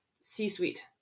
C-suite